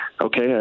okay